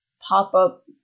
pop-up